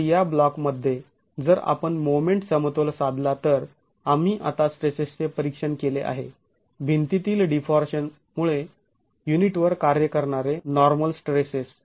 तर या ब्लॉक मध्ये जर आपण मोमेंट समतोल साधला तर आम्ही आता स्ट्रेसेसचे परीक्षण केले आहे भिंतीतील डीफॉर्मेशन मुळे युनिटवर कार्य करणारे नॉर्मल स्ट्रेसेस